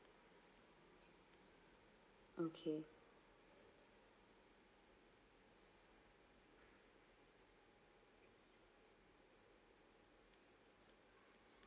okay